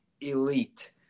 elite